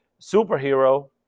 superhero